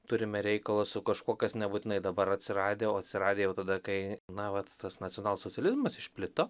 turime reikalą su kažkuo kas nebūtinai dabar atsiradę o atsiradę jau tada kai na vat tas nacionalsocializmas išplito